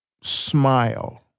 smile